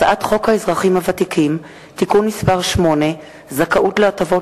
הצעת חוק האזרחים הוותיקים (תיקון מס' 8) (זכאות להטבות